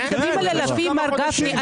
אנחנו מדברים על אלפים, מר גפני.